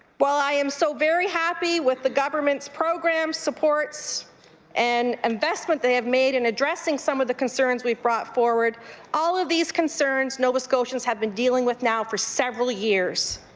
while i am so very happy with the government's program supports and investment they have made in addressing some of the concerns we've brought forward all of these concerns nova scotians have been dealing with now for several years.